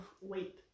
weight